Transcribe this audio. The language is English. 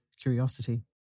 curiosity